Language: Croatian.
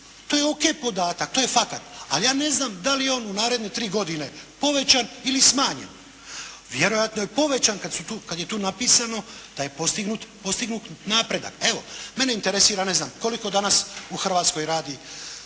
To je OK podatak, to je fakat. Ali ja ne znam da li je on u naredne tri godine povećan ili smanjen. Vjerojatno je povećan kad su tu, kad je tu napisano da je postignut napredak. Evo mene interesira, ne znam, koliko danas u Hrvatskoj radi